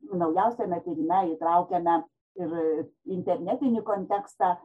naujausiame tyrime įtraukėme ir internetinį kontekstą